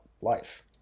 life